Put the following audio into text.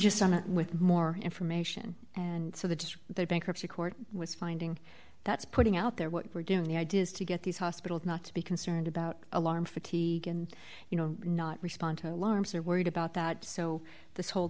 someone with more information and so the just the bankruptcy court was finding that's putting out there what we're doing the idea is to get these hospitals not to be concerned about alarm fatigue and you know not respond to alarms are worried about that so this whole